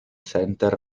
center